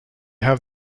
have